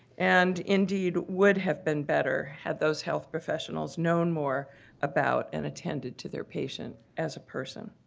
and indeed would have been better had those health professionals known more about and attended to their patient as a person.